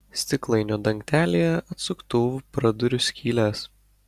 stiklainio dangtelyje atsuktuvu praduriu skyles